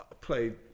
played